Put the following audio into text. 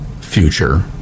future